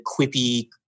quippy